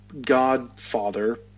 Godfather